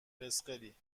فسقلی